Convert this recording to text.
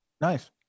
Nice